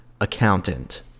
accountant